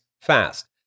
Fast